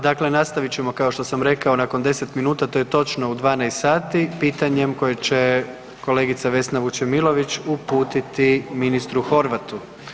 Dakle, nastavit ćemo kao što sam rekao nakon 10 minuta, to je točno u 12 sati pitanjem koje će kolegica Vesna Vučemilović uputiti ministru Horvatu.